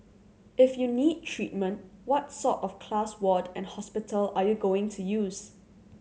if you need treatment what sort of class ward and hospital are you going to use